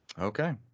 Okay